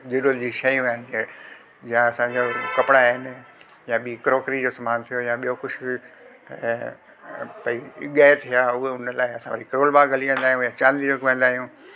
ज़रूरत जी शयूं आहिनि या असांजो कपिड़ा आहिनि या ॿी क्रोकरी जो सामान थियो या ॿियों कुझु त भई गै थिया उहे हुन लाइ असां वरी करोबाग हली वेंदा आहियूं या चांदनी चोक वेंदा आहियूं